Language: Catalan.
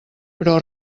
però